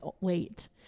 wait